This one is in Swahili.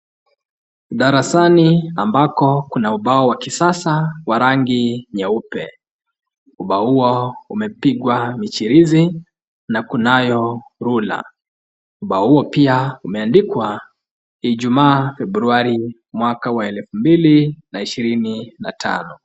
Darasani ambako kuna ubao wa kisasa wa rangi nyeupe. Ubao huo umepigwa michirizi na kunayo rula. Ubao huo pia umeandikwa Ijumaa Februari mwaka wa elfu mbili na ishirini na tano.